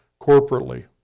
corporately